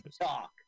talk